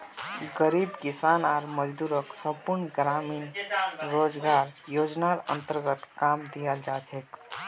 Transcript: गरीब किसान आर मजदूरक संपूर्ण ग्रामीण रोजगार योजनार अन्तर्गत काम दियाल जा छेक